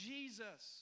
Jesus